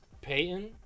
Payton